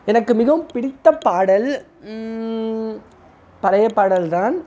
எனக்கு மிகவும் பிடித்த பாடல் பழைய பாடல் தான்